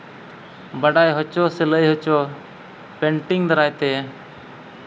ᱵᱟᱰᱟᱭ ᱦᱚᱪᱚ ᱥᱮ ᱞᱟᱹᱭ ᱦᱚᱪᱚ ᱯᱮᱹᱱᱴᱤᱝ ᱫᱟᱨᱟᱭ ᱛᱮ